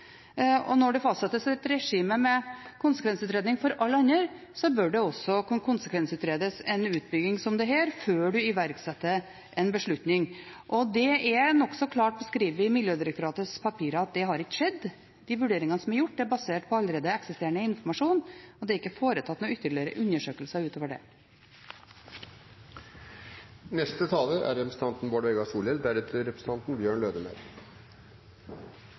Når det fastsettes et regime med konsekvensutredning for alle andre, bør også en utbygging som dette konsekvensutredes før man iverksetter en beslutning. Det er nokså klart beskrevet i Miljødirektoratets papirer at det ikke har skjedd. De vurderingene som er gjort, er basert på allerede eksisterende informasjon. Det er ikke foretatt noen ytterligere undersøkelser utover det. La meg først avklare: Det er